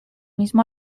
mismo